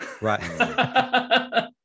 Right